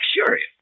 luxurious